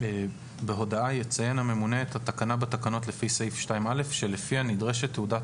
בהודעה יציין הממונה את התקנה בתקנות לפי סעיף 2א שלפיה נדרשת תעודת